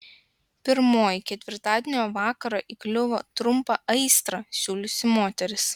pirmoji ketvirtadienio vakarą įkliuvo trumpą aistrą siūliusi moteris